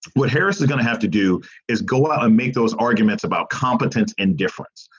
what harris is going to have to do is go out and make those arguments about competence and difference.